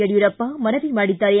ಯಡಿಯೂರಪ್ಪ ಮನವಿ ಮಾಡಿದ್ದಾರೆ